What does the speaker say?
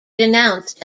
denounced